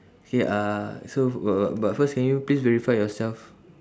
okay uh so but but but first can you please verify yourself